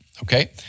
Okay